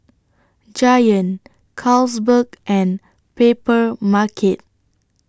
Giant Carlsberg and Papermarket